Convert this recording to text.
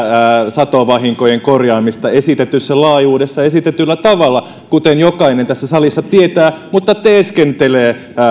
satovahinkojen korvaamista esitetyssä laajuudessa ja esitetyllä tavalla kuten jokainen tässä salissa tietää vaikka teeskentelee